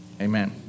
Amen